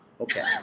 okay